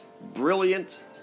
brilliant